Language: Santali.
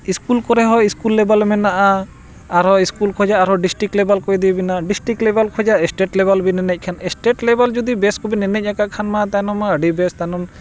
ᱤᱥᱠᱩᱞ ᱠᱚᱨᱮ ᱦᱚᱸ ᱤᱥᱠᱩᱞ ᱞᱮᱵᱮᱞ ᱢᱮᱱᱟᱜᱼᱟ ᱟᱨᱦᱚᱸ ᱤᱥᱠᱩᱞ ᱠᱷᱚᱱᱟᱜ ᱟᱨᱦᱚᱸ ᱰᱤᱥᱴᱨᱤᱠᱴ ᱞᱮᱵᱮᱞ ᱠᱚ ᱤᱫᱤ ᱵᱮᱱᱟ ᱰᱤᱥᱴᱨᱤᱠᱴ ᱞᱮᱵᱮᱞ ᱠᱷᱚᱡᱟᱜ ᱥᱴᱮᱴ ᱞᱮᱵᱮᱞ ᱵᱤᱱ ᱮᱱᱮᱡ ᱠᱷᱟᱱ ᱥᱴᱮᱴ ᱞᱮᱵᱮᱞ ᱡᱩᱫᱤ ᱵᱮᱥ ᱠᱚᱵᱮᱱ ᱮᱱᱮᱡ ᱟᱠᱟᱫ ᱠᱷᱟᱱ ᱢᱟ ᱛᱟᱭᱱᱚᱢ ᱢᱟ ᱟᱹᱰᱤ ᱵᱮᱥ ᱛᱟᱭᱱᱚᱢ